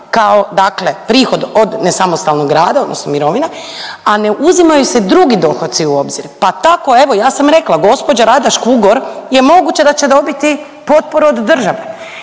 dakle prihod od nesamostalnog rada odnosno mirovina, a ne uzimaju se drugi dohoci u obzir. Pa tako evo ja sam rekla gospođa Rada Škugor je moguće da će dobiti potporu od države